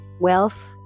Wealth